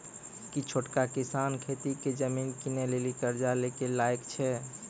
कि छोटका किसान खेती के जमीन किनै लेली कर्जा लै के लायक छै?